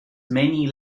many